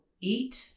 eat